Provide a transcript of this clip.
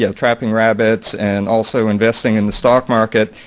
yeah trapping rabbits and also investing in the stock market.